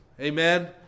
Amen